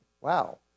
Wow